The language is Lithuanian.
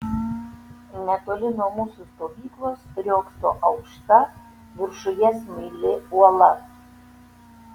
netoli nuo mūsų stovyklos riogso aukšta viršuje smaili uola